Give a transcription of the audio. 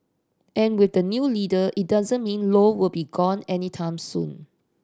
and with a new leader it doesn't mean Low will be gone anytime soon